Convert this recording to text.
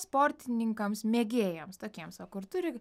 sportininkams mėgėjams tokiems va kur turi